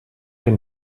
den